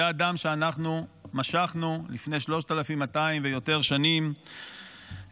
זה הדם שלפני 3,200 שנים ויותר אנחנו משחנו בו את